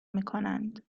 میکنند